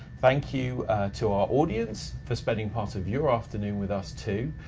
thank you to our audience, for spending part of your afternoon with us too.